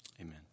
Amen